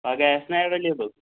پَگہہ آسہِ نہ ایویلیبٕل